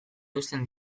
eusten